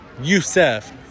Youssef